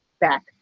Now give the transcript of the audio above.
back